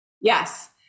Yes